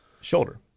Shoulder